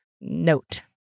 note